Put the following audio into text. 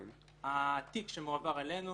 התיק מועבר אלינו,